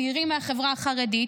צעירים מהחברה החרדית,